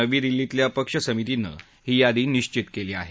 नवी दिल्लीतल्या पक्ष समितीने ही यादी निश्वित केली आहे